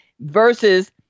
versus